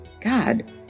God